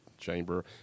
chamber